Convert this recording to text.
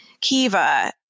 Kiva